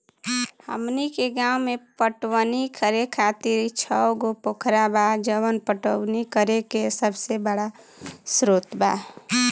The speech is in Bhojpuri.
हमनी के गाँव में पटवनी करे खातिर छव गो पोखरा बा जवन पटवनी करे के सबसे बड़ा स्रोत बा